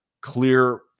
clear